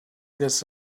this